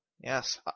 Yes